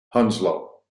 hounslow